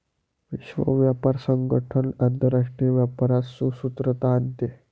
विश्व व्यापार संगठन आंतरराष्ट्रीय व्यापारात सुसूत्रता आणते